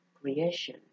creation